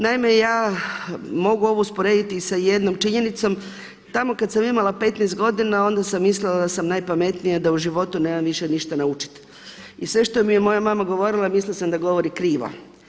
Naime ja mogu ovo usporediti i sa jednom činjenicom, tamo kada sam imala 15 godina onda sam mislila da sam najpametnija da u životu nemam više ništa naučiti i sve što mi je moja mama govorila mislila sam da govori krivo.